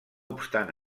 obstant